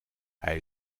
hij